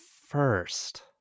first